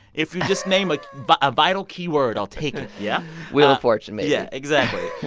if you just name a but vital keyword, i'll take it. yeah wheel of fortune maybe yeah. exactly.